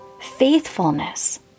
faithfulness